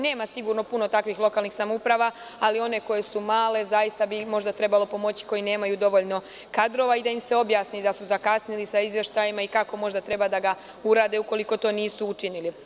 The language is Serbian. Nema sigurno puno takvih lokalnih samouprava, ali one koje su male zaista bi ih trebalo pomoći, koje nemaju dovoljno kadrova i da im se objasni da su zakasnili sa izveštajima i kako možda treba da ga urade ukoliko to nisu učinili.